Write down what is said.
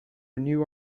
renew